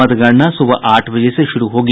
मतगणना सुबह आठ बजे से शुरू होगी